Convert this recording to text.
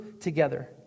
together